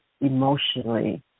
emotionally